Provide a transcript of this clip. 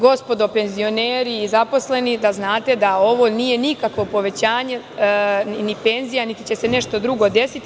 Gospodo penzioneri, zaposleni, da znate da ovo nije nikakvo povećanje penzija, niti će se nešto drugo desiti.